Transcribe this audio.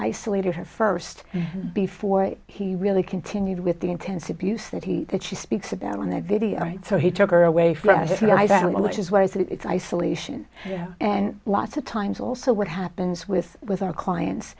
isolated her first before he really continued with the intense abuse that he had she speaks about on their video right so he took her away from him but i don't know which is why is that it's isolation and lots of times also what happens with with our clients